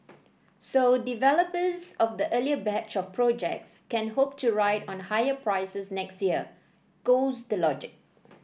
so developers of the earlier batch of projects can hope to ride on higher prices next year goes the logic